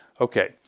Okay